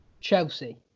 Chelsea